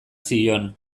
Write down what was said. zion